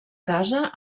casa